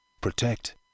protect